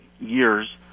years